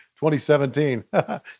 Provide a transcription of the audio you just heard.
2017